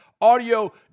audio